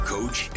Coach